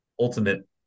ultimate